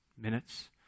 minutes